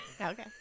Okay